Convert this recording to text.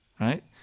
Right